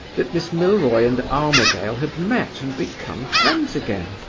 that miss milroy and armadale had met and become friends again.